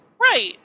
Right